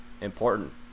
important